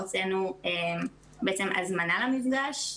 הוצאנו בעצם הזמנה למפגש,